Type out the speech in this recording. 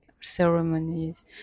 ceremonies